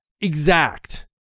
exact